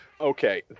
Okay